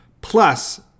Plus